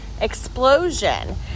explosion